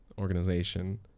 organization